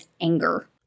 anger